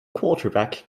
quarterback